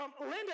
Linda